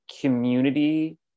community